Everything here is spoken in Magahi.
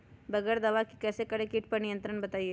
बगैर दवा के कैसे करें कीट पर नियंत्रण बताइए?